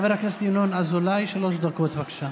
חבר הכנסת ינון אזולאי, שלוש דקות, בבקשה.